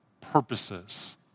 purposes